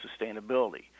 sustainability